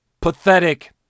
Pathetic